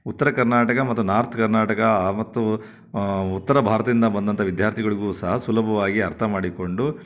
ಉತ್ತರ ಕರ್ನಾಟಕ ಮತ್ತು ನಾರ್ತ್ ಕರ್ನಾಟಕ ಮತ್ತು ಉತ್ತರ ಭಾರತದಿಂದ ಬಂದಂಥ ವಿದ್ಯಾರ್ಥಿಗಳಿಗೂ ಸಹ ಸುಲಭವಾಗಿ ಅರ್ಥ ಮಾಡಿಕೊಂಡು